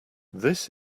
this